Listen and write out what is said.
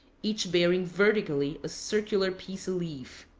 each bearing vertically a circular piece of leaf.